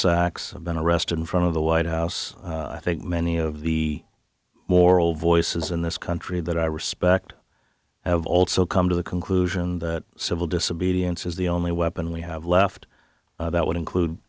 have been arrested in front of the white house i think many of the moral voices in this country that i respect have also come to the conclusion that civil disobedience is the only weapon we have left that would include